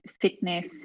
fitness